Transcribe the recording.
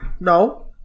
No